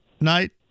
night